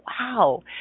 wow